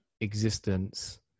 existence